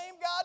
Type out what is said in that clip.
God